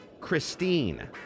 Christine